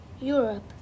Europe